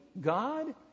God